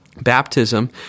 baptism